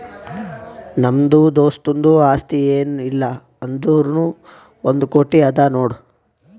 ನಮ್ದು ದೋಸ್ತುಂದು ಆಸ್ತಿ ಏನ್ ಇಲ್ಲ ಅಂದುರ್ನೂ ಒಂದ್ ಕೋಟಿ ಅದಾ ನೋಡ್